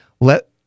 Let